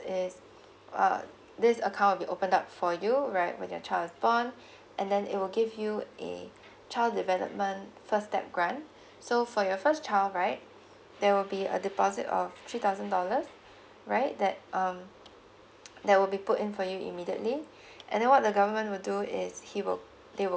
is uh this account will be open up for you right when your child is born and then it will give you a child development first step grant so for your first child right there will be a deposit of three thousand dollars right that um that will be put in for you immediately and then what the government will do is he will they will